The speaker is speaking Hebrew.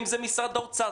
אם זה משרד האוצר,